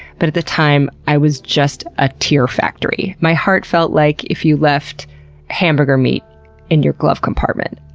but at the time i was just a tear factory. my heart felt like if you left hamburger meat in your glove compartment.